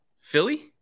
philly